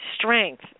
strength